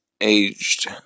aged